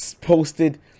posted